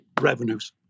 revenues